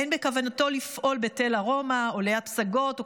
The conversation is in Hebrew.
אין בכוונתו לפעול בתל ארומה או ליד פסגות או